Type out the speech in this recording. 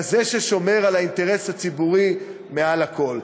כזה ששומר על האינטרס הציבורי מעל הכול.